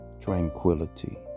tranquility